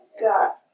got